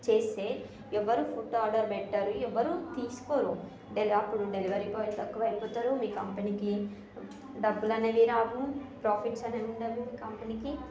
చేస్తే ఎవరూ food order పెట్టరు ఎవరూ తీసుకోరు అంటే ఇక అప్పుడు డెలివరీ బాయ్ తక్కువైపోతారు మీ కంపెనీకి డబ్బులు అనేవి రావు ప్రాఫిట్స్ అనేవి ఉండవు మీ కంపెనీకి